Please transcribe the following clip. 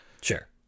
Sure